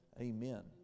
Amen